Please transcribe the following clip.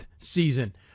season